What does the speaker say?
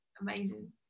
amazing